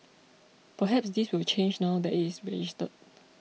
perhaps this will change now that it is registered